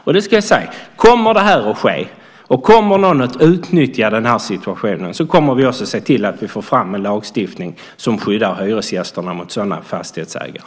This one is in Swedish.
Och det ska jag säga att om det här sker och någon utnyttjar den här situationen, då kommer vi att se till att få fram en lagstiftning som skyddar hyresgästerna mot sådana fastighetsägare.